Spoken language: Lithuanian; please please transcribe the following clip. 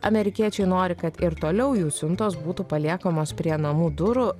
amerikiečiai nori kad ir toliau jų siuntos būtų paliekamos prie namų durų